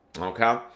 okay